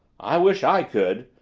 i wish i could,